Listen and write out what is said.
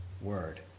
word